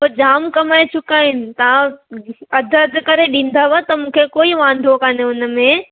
त जामु कमाए चुका आहिनि तव्हां अधु अधु करे ॾींदव त मूंखे कोई वांदो कान्हे उनमें